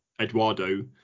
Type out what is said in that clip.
Eduardo